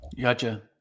Gotcha